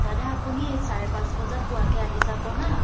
দাদা আপুনি এই চাৰে পাঁচ বজাত পোৱাকৈ আহি যাব হাঁ